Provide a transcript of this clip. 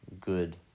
good